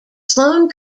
sloan